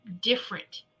different